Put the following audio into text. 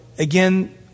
again